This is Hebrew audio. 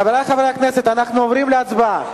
חברי חברי הכנסת, אנחנו עוברים להצבעה.